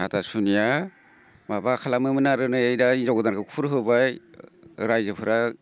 हाथासुनिया माबा खालामोमोन आरो नै दा हिनजावगोदानखौ खुर होबाय रायजोफोरा